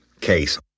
case